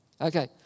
Okay